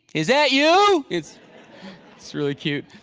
is that you? it's it's really cute.